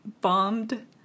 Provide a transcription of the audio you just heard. bombed